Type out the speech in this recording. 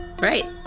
Right